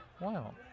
Wow